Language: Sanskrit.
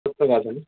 खलु